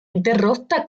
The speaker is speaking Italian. interrotta